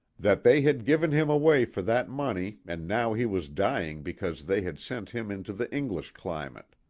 that they had given him away for that money and now he was dying because they had sent him into the english climate.